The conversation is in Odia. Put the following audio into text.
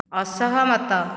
ଅସହମତ